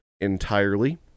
entirely